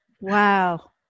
Wow